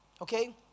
okay